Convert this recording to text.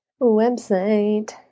website